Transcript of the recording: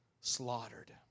slaughtered